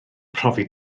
profi